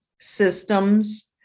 systems